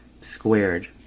Squared